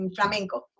flamenco